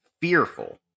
fearful